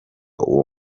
uwo